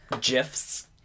GIFs